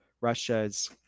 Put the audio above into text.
Russia's